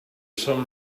some